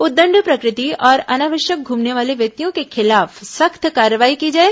उद्दंड प्रकृति और अनावश्यक घूमने वाले व्यक्तियों के खिलाफ सख्त कार्रवाई की जाए